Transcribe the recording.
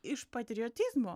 iš patriotizmo